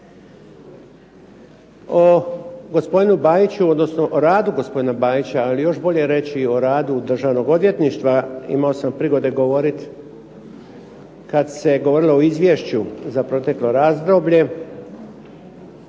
o radu gospodina Bajića, ali još bolje reći o radu Državnog odvjetništva imao sam prigode govoriti kad se govorilo o izvješću za proteklo razdoblje